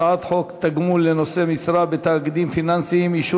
הצעת חוק תגמול לנושאי משרה בתאגידים פיננסיים (אישור